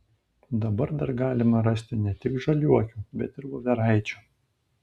dabar dar galima rasti ne tik žaliuokių bet ir voveraičių